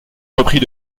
repris